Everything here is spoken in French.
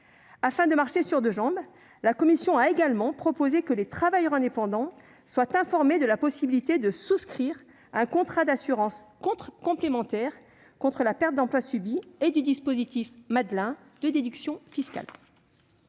faut marcher sur ses deux jambes, la commission a également proposé que les travailleurs indépendants soient informés de la possibilité de souscrire un contrat d'assurance complémentaire contre la perte d'emploi subie ainsi que du dispositif « Madelin » de déduction fiscale.